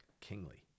kingly